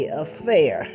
affair